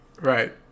Right